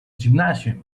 gymnasium